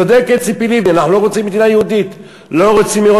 צודקת ציפי לבני: אנחנו לא רוצים מדינה יהודית.